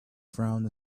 frown